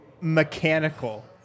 mechanical